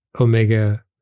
omega